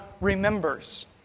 remembers